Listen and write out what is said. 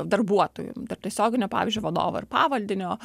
darbuotojų ir tiesioginio pavyzdžiui vadovo ir pavaldinio